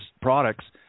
products